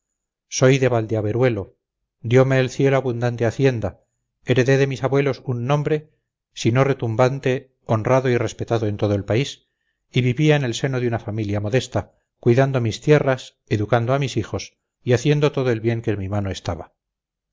soy de valdeaberuelo diome el cielo abundante hacienda heredé de mis abuelos un nombre si no retumbante honrado y respetado en todo el país y vivía en el seno de una familia modesta cuidando mis tierras educando a mis hijos y haciendo todo el bien que en mi mano estaba